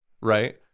Right